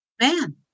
man